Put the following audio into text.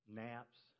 naps